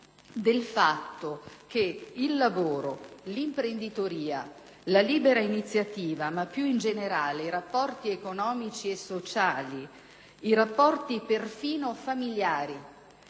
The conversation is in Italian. del fatto che il lavoro, l'imprenditoria, la libera iniziativa, ma più in generale i rapporti economici e sociali, perfino i rapporti familiari